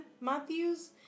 Matthews